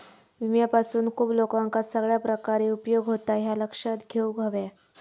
विम्यापासून खूप लोकांका सगळ्या प्रकारे उपयोग होता, ह्या लक्षात घेऊक हव्या